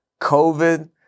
COVID